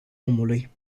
omului